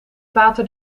pater